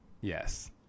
Yes